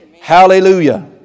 Hallelujah